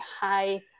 high